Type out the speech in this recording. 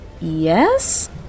Yes